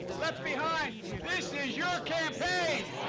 left behind, this is your campaign!